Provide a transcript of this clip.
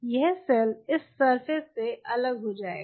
यह सेल इस सरफेस से अलग जाएगा